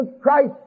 Christ